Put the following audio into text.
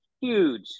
huge